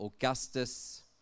Augustus